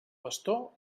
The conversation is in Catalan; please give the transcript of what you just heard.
bastó